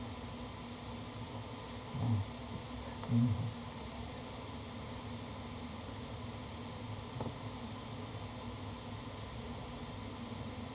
mm mm